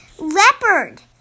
Leopard